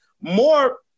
more